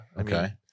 Okay